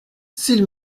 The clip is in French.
s’il